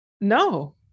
No